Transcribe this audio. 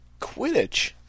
Quidditch